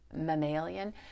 mammalian